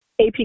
AP